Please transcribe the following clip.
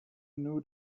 knew